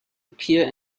appear